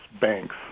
banks